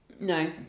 no